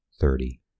thirty